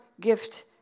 gift